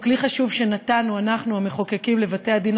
הוא כלי חשוב שנתנו אנחנו המחוקקים לבתי-הדין